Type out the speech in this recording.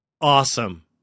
Awesome